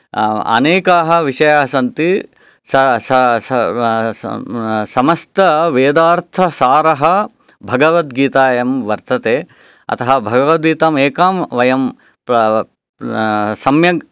अनेकाः विषयाः सन्ति स स स समस्तवेदार्थसारः भगवद्गीतायां वर्तते अतः भगवद्गीताम् एकां वयं प सम्यक्